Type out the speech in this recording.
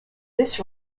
this